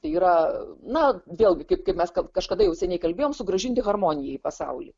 tai yra na vėlgi kaip kaip mes kad kažkada jau seniai kalbėjom sugrąžinti harmoniją į pasaulį